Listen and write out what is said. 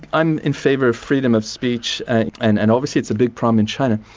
i'm in favour of freedom of speech and and obviously it's a big problem in china,